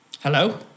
Hello